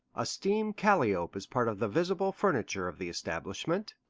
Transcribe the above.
a steam calliope is part of the visible furniture of the establishment,